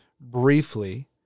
briefly